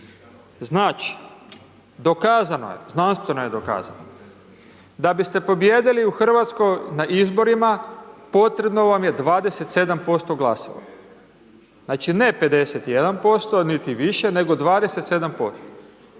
Znači, dokazano je, znanstveno je dokazano, da biste pobijedili u RH na izborima, potrebno vam je 27% glasova, znači, ne 51%, niti više, nego 27%.